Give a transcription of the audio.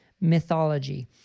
mythology